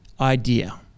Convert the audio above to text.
idea